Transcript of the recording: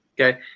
okay